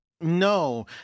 No